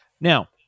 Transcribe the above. now